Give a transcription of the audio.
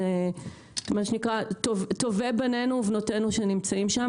זה טובי בנינו ובנותינו שנמצאים שם